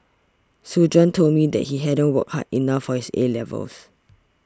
soon Juan told me that he hadn't worked hard enough for his A levels